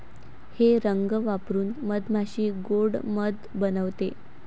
हे रंग वापरून मधमाशी गोड़ मध बनवते